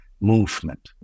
movement